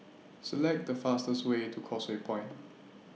Select The fastest Way to Causeway Point